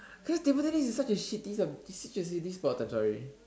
right table tennis is such a shitty sub~ it's such a shitty sports I'm sorry